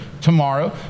tomorrow